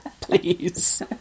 Please